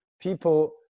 People